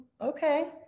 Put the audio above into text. okay